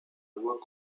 voie